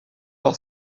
par